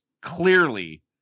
clearly